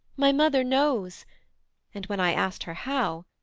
my mother knows and when i asked her how,